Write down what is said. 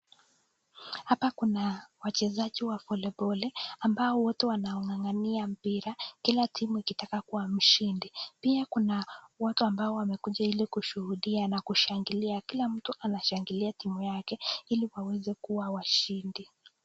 Hapa kuna wachezaji wa voliboli, ambao wote wanang'ang'ania mpira, kila timu ikitaka kuwa mshindi. Pia kuna watu ambao wamekuja ili kushuhudia, na kushangilia, kila mtu anashangilia timu yake ili waweze kuwa washindi.